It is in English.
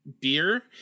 beer